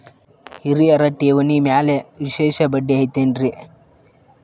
ಹಿರಿಯರ ಠೇವಣಿ ಮ್ಯಾಲೆ ವಿಶೇಷ ಬಡ್ಡಿ ಐತೇನ್ರಿ?